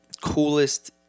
coolest